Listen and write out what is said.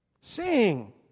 Sing